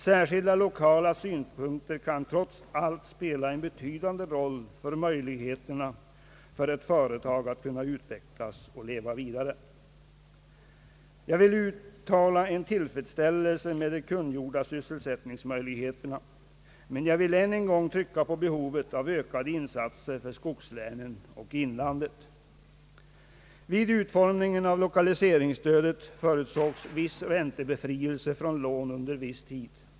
Särskilda lokala synpunkter kan trots allt spela en betydande roll för möjligheterna för ett företag att kunna utvecklas och leva vidare. Jag vill uttala en tillfredsställelse med de kungjorda sysselsättningsmöjligheterna, men jag vill än en gång trycka på behovet av ökade insatser för skogslänen och inlandet. Vid utformningen av lokaliseringsstödet förutsågs viss räntebefrielse för lån under viss tid.